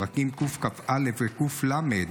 פרקים קכ"א וק"ל,